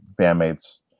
bandmates